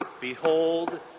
Behold